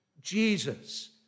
Jesus